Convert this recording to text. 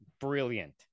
brilliant